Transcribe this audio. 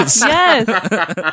yes